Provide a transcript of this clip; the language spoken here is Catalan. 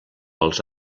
els